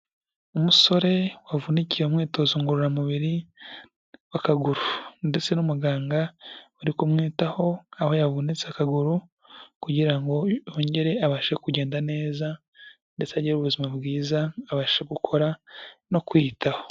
Umusore wavunikiye mu mwitozo ngororamubiri w'akaguru ndetse n'umuganga uri kumwitaho aho yavunitse akaguru kugira ngo yongere abashe kugenda neza, ndetse agire ubuzima bwiza abasha gukora no kwiyitaho.